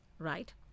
Right